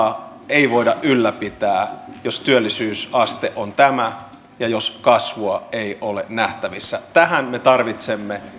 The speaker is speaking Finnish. ei voida ylläpitää jos työllisyysaste on tämä ja jos kasvua ei ole nähtävissä tähän me tarvitsemme